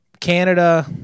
Canada